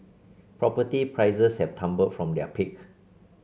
property prices have tumbled from their peak